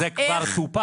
זה כבר טופל.